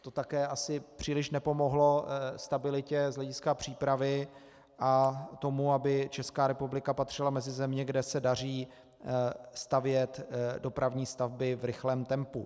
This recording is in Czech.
To také asi příliš nepomohlo stabilitě z hlediska přípravy a tomu, aby Česká republika patřila mezi země, kde se daří stavět dopravní stavby v rychlém tempu.